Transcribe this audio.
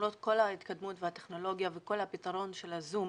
למרות כל ההתקדמות והטכנולוגיה והפתרון של "הזום",